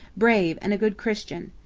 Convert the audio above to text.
brave, and a good christian.